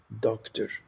doctor